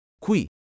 Qui